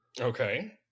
Okay